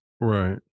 Right